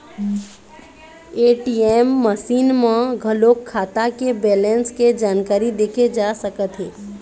ATM machine म घलोक खाता के बेलेंस के जानकारी देखे जा सकत हे